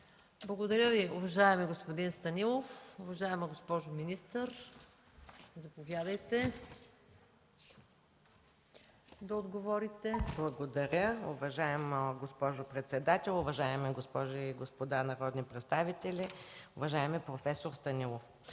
Благодаря Ви, уважаеми господин Станилов. Уважаема госпожо министър, заповядайте да отговорите. МИНИСТЪР АНЕЛИЯ КЛИСАРОВА: Уважаема госпожо председател, уважаеми дами и господа народни представители, уважаеми проф. Станилов!